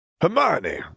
Hermione